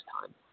time